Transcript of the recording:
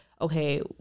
okay